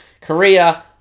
Korea